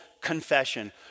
confession